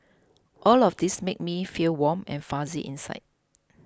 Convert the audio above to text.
all of these make me feel warm and fuzzy inside